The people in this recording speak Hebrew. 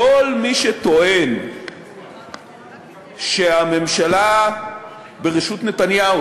כל מי שטוען שהממשלה בראשות נתניהו,